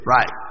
Right